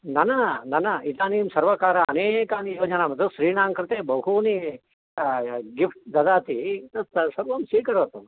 न न न न इदानीं सर्वकारः अनेकानि योजनाः स्त्रीणाङ्कृते बहूनि गिफ़्ट् ददाति तद् सर्वं स्वीकरोतु